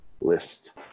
list